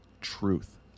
truth